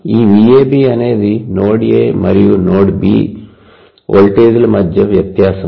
ఈ VAB అనేది node A మరియు నోడ్ B వోల్టేజ్ల మధ్య వ్యత్యాసం